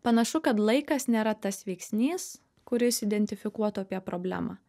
panašu kad laikas nėra tas veiksnys kuris identifikuotų apie problemą